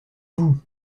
vous